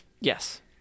yes